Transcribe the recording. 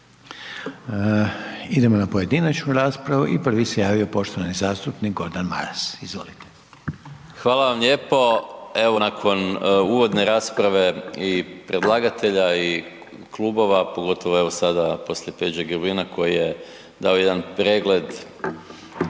Idemo na pojedinačnu raspravu i prvi se javio poštovani zastupnik Gordan Maras. Izvolite. **Maras, Gordan (SDP)** Hvala vam lijepo. Evo nakon uvodne rasprave i predlagatelja i klubova, pogotovo evo sada poslije Peđe Grbina koji je dao jedan pregled